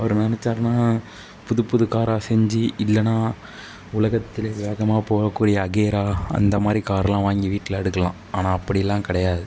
அவரு நெனைச்சார்னா புது புது காராக செஞ்சு இல்லைனா உலகத்திலேயே வேகமாக போகக்கூடிய அகேரா அந்த மாதிரி கார்லாம் வாங்கி வீட்டில் அடுக்கலாம் ஆனால் அப்படிலாம் கிடையாது